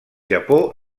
japó